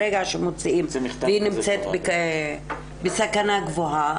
ברגע שמוציאים צו הגנה והיא נמצאת בסכנה גבוהה,